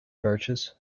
birches